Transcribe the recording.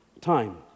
time